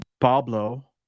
pablo